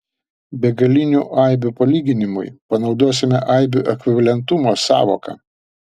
begalinių aibių palyginimui panaudosime aibių ekvivalentumo sąvoką